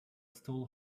stall